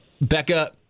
Becca